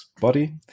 body